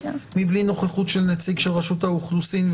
בלי נוכחות נציג רשות האוכלוסין,